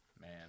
man